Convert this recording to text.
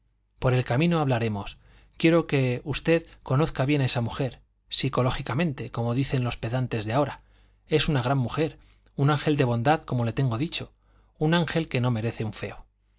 por el camino hablaremos quiero que v conozca bien a esa mujer psicológicamente como dicen los pedantes de ahora es una gran mujer un ángel de bondad como le tengo dicho un ángel que no merece un feo